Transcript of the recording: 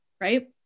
right